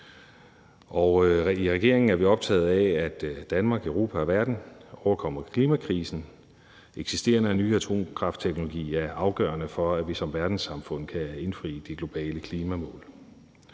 I regeringen er vi optaget af, at Danmark, Europa og verden overkommer klimakrisen. Eksisterende og ny atomkraftteknologi er afgørende for, at vi som verdenssamfund kan indfri de globale klimamål.